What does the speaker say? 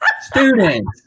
students